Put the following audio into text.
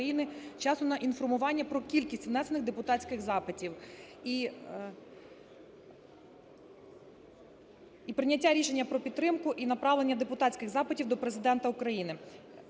часу на інформування про кількість внесених депутатських запитів і прийняття рішення про підтримку і направлення депутатських запитів до Президента України,